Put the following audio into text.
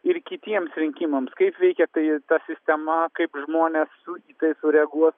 ir kitiems rinkimams kaip veikia tai ta sistema kaip žmonės į tai sureaguos